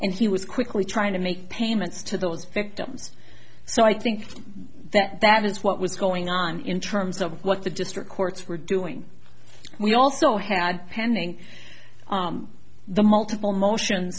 and he was quickly trying to make payments to those victims so i think that that is what was going on in terms of what the district courts were doing we also had pending the multiple motion